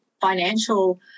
financial